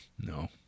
No